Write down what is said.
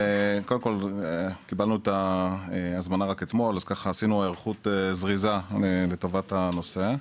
קיבלנו את ההזמנה רק אתמול ועשינו היערכות זריזה לטובת הנושא.